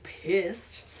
pissed